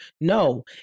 No